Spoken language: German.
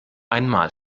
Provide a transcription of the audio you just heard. einmal